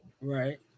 right